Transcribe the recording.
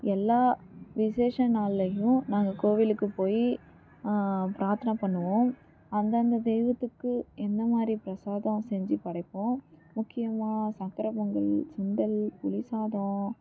எல்லா விசேஷ நாள்லேயும் நாங்கள் கோவிலுக்கு போய் ப்ராத்தனை பண்ணுவோம் அந்தந்த தெய்வத்துக்கு என்ன மாதிரி பிரசாதம் செஞ்சு படைப்போம் முக்கியமாக சக்கரை பொங்கல் சுண்டல் புளிசாதம்